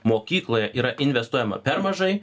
mokykloje yra investuojama per mažai